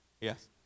Yes